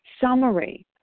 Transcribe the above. summary